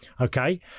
Okay